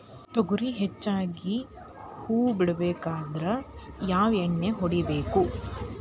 ತೊಗರಿ ಹೆಚ್ಚಿಗಿ ಹೂವ ಬಿಡಬೇಕಾದ್ರ ಯಾವ ಎಣ್ಣಿ ಹೊಡಿಬೇಕು?